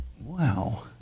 Wow